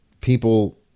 people